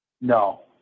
No